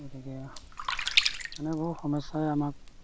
গতিকে মানে বহুত সমস্যাই আমাক